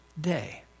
day